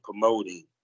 promoting